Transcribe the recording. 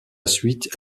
suite